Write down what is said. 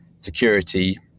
security